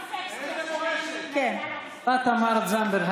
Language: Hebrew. השרה תמר זנדברג,